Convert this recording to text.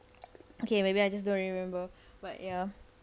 okay maybe I just don't remember but ya